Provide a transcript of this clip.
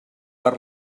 per